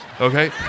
Okay